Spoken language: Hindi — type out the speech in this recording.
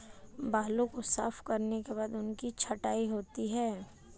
बालों को साफ करने के बाद उनकी छँटाई होती है